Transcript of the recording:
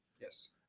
Yes